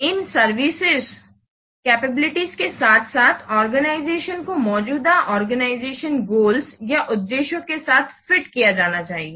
तो इन services capabilities के साथ साथ आर्गेनाइजेशन को मौजूदा ऑर्गनिज़तिओनल गोल्स या उद्देश्यों के साथ फिट किया जाना चाहिए